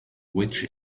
which